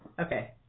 Okay